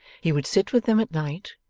he would sit with them at night,